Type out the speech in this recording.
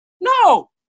no